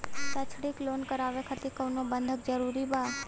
शैक्षणिक लोन करावे खातिर कउनो बंधक जरूरी बा?